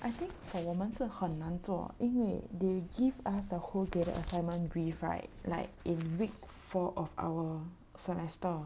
I think for 我们是很难做因为 they give us the whole day the assignment brief right like in week four of our semester